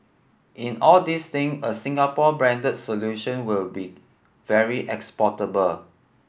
in all these thing a Singapore branded solution will be very exportable